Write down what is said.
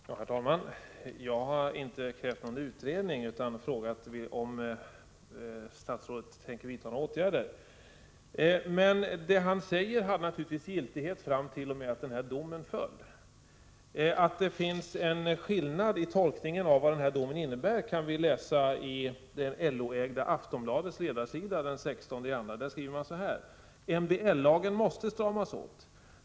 Herr talman! Jag har inte krävt någon utredning, utan jag har frågat om statsrådet tänker vidta några åtgärder. Det han säger hade naturligtvis giltighet fram till dess att domen föll. Att det finns en skillnad i tolkning av vad domen innebär framgår av LO-ägda Aftonbladets ledarsida den 16 februari, där det står: ”MBL-lagen måste stramas åt.